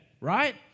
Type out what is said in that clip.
right